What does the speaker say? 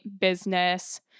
business